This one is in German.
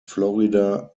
florida